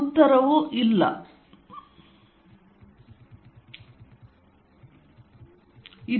"ಇಲ್ಲ" ಎಂಬುದು ಉತ್ತರ